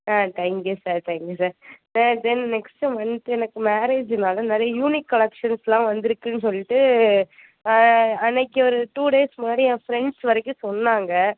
ah thank you sir thank you sir sir then next month எனக்கு மேரேஜினால நிறைய unique கலெக்ஷன்ஸ்லாம் வந்திருக்குன்னு சொல்லிட்டு அன்றைக்கு ஒரு டூ டேஸ் முன்னாடி என் ஃப்ரெண்ட்ஸ் வரைக்கும் சொன்னாங்க